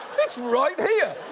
oh! it's right here!